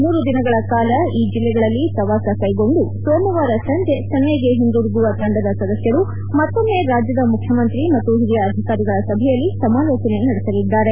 ಮೂರು ದಿನಗಳ ಕಾಲ ಈ ಜಲ್ಲೆಗಳಲ್ಲಿ ಪ್ರವಾಸ ಕೈಗೊಂಡು ಸೋಮವಾರ ಸಂಜೆ ಚೆನ್ನೈಗೆ ಹಿಂದಿರುಗುವ ತಂಡದ ಸದಸ್ಕರು ಮತ್ತೊಮ್ಮೆ ರಾಜ್ಯದ ಮುಖ್ಯಮಂತ್ರಿ ಮತ್ತು ಹಿರಿಯ ಅಧಿಕಾರಿಗಳ ಸಭೆಯಲ್ಲಿ ಸಮಾಲೋಚನೆ ನಡೆಸಲಿದೆ